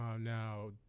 now